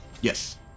Yes